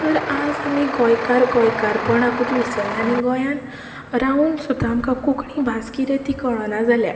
तर आज आमी गोंयकार गोंयकारपणाकूच विसरल्यात आनी गोंयांत रावून सुद्दां आमकां कोंकणी भास कितें ती कळना जाल्या